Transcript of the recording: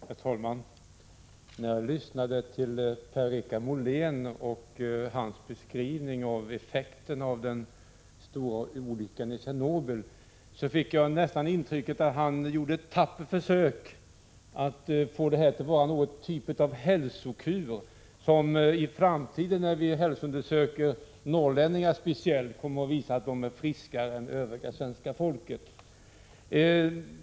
Herr talman! När jag lyssnade till Per-Richard Molén och hörde hans beskrivning av effekterna av den stora olyckan i Tjernobyl, fick jag nästan intrycket att han gjorde ett tappert försök att få det hela till någon typ av hälsokur; när vi i framtiden undersöker speciellt norrlänningarna kommer vi att finna att de är friskare än övriga svenska folket.